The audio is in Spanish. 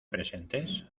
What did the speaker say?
presentes